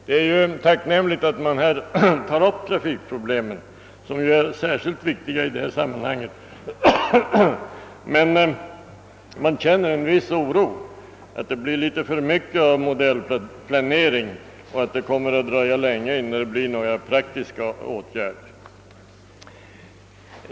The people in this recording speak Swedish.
Det är tacknämligt att trafikproblemen tas upp — de är särskilt viktiga i detta sammanhang — men man känner en viss oro för att det kan bli litet för mycket av modellplanering och att det kommer att dröja länge innan det vidtas några praktiska åtgärder.